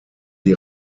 die